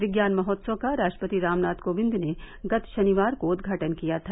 विज्ञान महोत्सव का राष्ट्रपति रामनाथ कोविंद ने गत शनिवार को उद्घाटन किया था